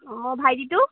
অঁ ভাইটিটো